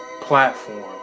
platform